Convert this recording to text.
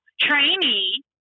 trainee